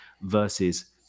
versus